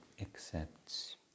accepts